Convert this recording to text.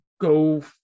go